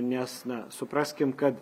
nes na supraskim kad